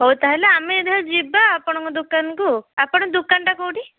ହଉ ତା'ହେଲେ ଆମେ ଏଥର ଯିବା ଆପଣଙ୍କ ଦୋକାନକୁ ଆପଣ ଦୋକାନଟା କେଉଁଠି